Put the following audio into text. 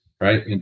right